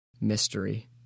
mystery